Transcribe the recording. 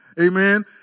Amen